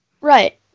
Right